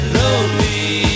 lonely